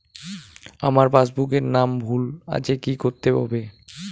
আমার পাসবুকে নাম ভুল আছে কি করতে হবে?